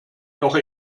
doch